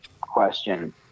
question